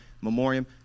memoriam